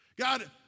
God